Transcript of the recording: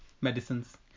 Medicines